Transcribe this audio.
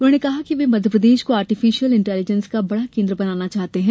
उन्होंने कहा कि वे मध्यप्रदेश को आर्टिफिशियल इंटेलीजेंस का बड़ा केंद्र बनाना चाहते हैं